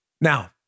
Now